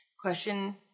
question